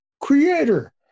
creator